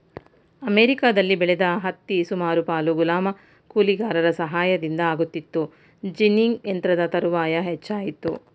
ಅಮೆರಿಕದಲ್ಲಿ ಬೆಳೆದ ಹತ್ತಿ ಸುಮಾರು ಪಾಲು ಗುಲಾಮ ಕೂಲಿಗಾರರ ಸಹಾಯದಿಂದ ಆಗುತ್ತಿತ್ತು ಜಿನ್ನಿಂಗ್ ಯಂತ್ರದ ತರುವಾಯ ಹೆಚ್ಚಾಯಿತು